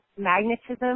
magnetism